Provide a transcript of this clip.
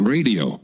Radio